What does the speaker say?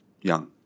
young